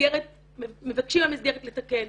מבקשים מהמסגרת לתקן,